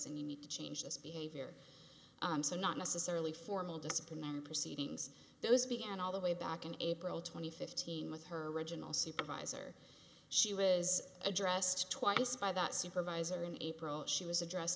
and you need to change this behavior so not necessarily formal disciplinary proceedings those began all the way back in april twenty fifth team with her original supervisor she was addressed twice by that supervisor in april she was address